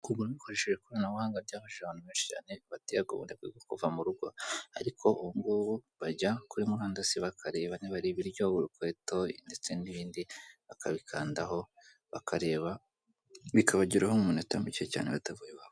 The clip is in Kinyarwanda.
Kugura bakoresheje ikoranabuhanga, byafashije abantu, benshi cyane batinyaga ubundi kuva mu rugo, ariko ubu ngubu bajya kuri murandasi, bakareba niba ari ibiryo, urukweto, ndetse n'ibindi bakabikandaho bakareba, bikabageraho mu minota mike batavuye iwabo.